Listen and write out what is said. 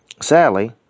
sadly